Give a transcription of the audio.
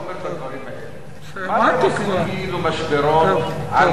במשאבים תוספתיים ובסוף